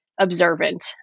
observant